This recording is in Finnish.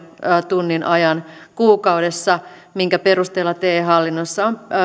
tunnin ajan kuukaudessa minkä perusteella te hallinnossa on